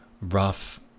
rough